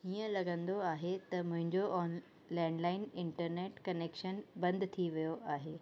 हीअं लॻंदो आहे त मुंहिंजो ऑन लैंडलाइन इंटरनेट कनेक्शन बंदि थी वियो आहे